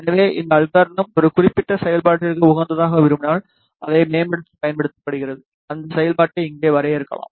எனவே இந்த அல்கார்தம் ஒரு குறிப்பிட்ட செயல்பாட்டிற்கு உகந்ததாக்க விரும்பினால் அதை மேம்படுத்த பயன்படுகிறது அந்த செயல்பாட்டை இங்கே வரையறுக்கலாம்